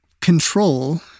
Control